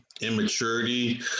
immaturity